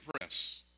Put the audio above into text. press